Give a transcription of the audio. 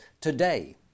today